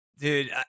dude